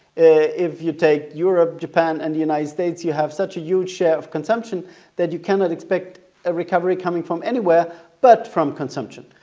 if you take europe, japan, and the united states, you have such a huge share of consumption that you cannot expect a recovery coming from anywhere but from consumption.